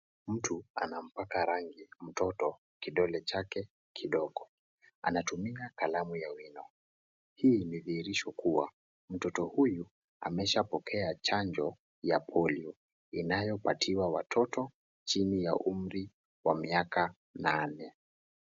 Mtu anampaka rangi mtoto kidole chake kidogo. Anatumia kalamu ya wino. Hii ni dhihirisho kuwa mtoto huyu, ameshapokea chanjo ya polio. Inayopatiwa watoto, chini ya umri wa miaka nane.